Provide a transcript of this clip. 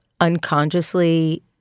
unconsciously